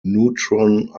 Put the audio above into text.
neutron